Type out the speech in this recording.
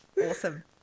Awesome